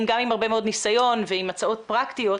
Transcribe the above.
עם הרבה מאוד ניסיון ועם הצעות פרקטיות.